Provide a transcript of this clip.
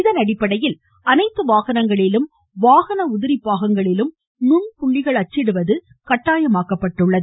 இதன் அடிப்படையில் அனைத்து வாகனங்களிலும் வாகன உதிரி பாகங்களிலும் நுண்புள்ளிகள் அச்சிடுவது கட்டாயமாக்கப்படுகிறது